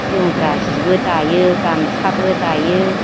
जोमग्रा सिबो दायो गामसाबो दायो